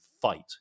fight